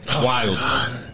wild